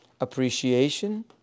appreciation